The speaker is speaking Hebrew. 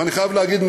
ואני חייב להגיד,